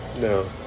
No